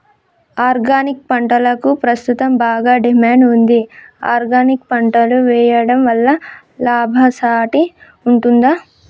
Organic పంటలకు ప్రస్తుతం బాగా డిమాండ్ ఉంది ఆర్గానిక్ పంటలు వేయడం వల్ల లాభసాటి ఉంటుందా?